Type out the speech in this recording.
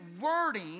wording